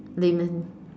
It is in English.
lament